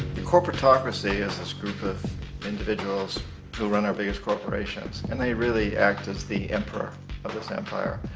corporatocracy is this group of individuals who run our biggest corporations. and they really act as the emperor of this empire.